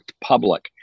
public